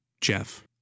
Jeff